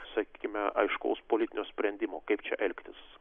sakykime aiškaus politinio sprendimo kaip čia elgtis